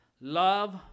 love